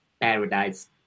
paradise